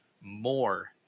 more